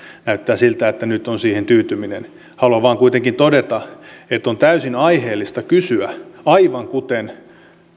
näyttää siltä että nyt on siihen tyytyminen haluan vain kuitenkin todeta että on täysin aiheellista kysyä aivan kuten